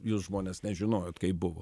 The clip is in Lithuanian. jūs žmonės nežinojot kaip buvo